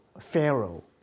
Pharaoh